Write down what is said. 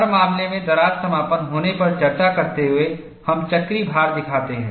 हर मामले में दरार समापन होने पर चर्चा करते हुए हम चक्रीय भार दिखाते हैं